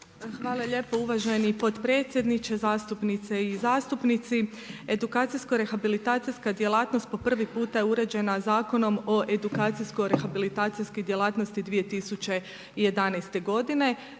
Hvala lijepa uvaženi potpredsjedniče, zastupnice i zastupnici. Edukacijsko rehabilitacijska djelatnost po prvi puta je uređena Zakonom o edukacijsko rehabilitacijskoj djelatnosti 2011. godine.